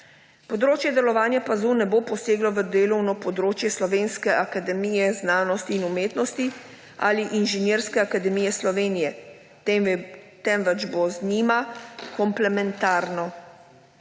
Področje delovanja PAZU ne bo poseglo v delovno področje Slovenske akademije znanosti in umetnosti ali Inženirske akademije Slovenije, temveč bo z njima komplementarno.